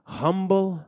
humble